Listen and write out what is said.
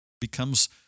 becomes